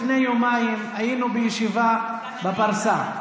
לפני יומיים היינו בישיבה בפרסה,